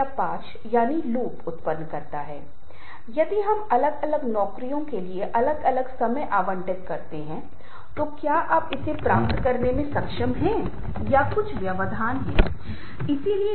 तो आप वास्तव में मेरा मतलब नहीं जानते हैं लेकिन यह पहचानना बहुत महत्वपूर्ण है कि संस्कृतियों में अलग अलग धारणाएं हैं और क्या आपको बात का सही अर्थ मिल रहा है